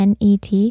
NET